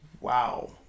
wow